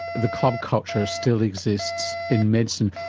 the club culture still exists in medicine.